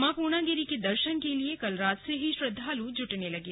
मां पूर्णागिरी के दर्शन के लिए कल रात से ही श्रद्वालु जुटने लगे